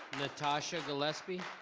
natasha gillespie.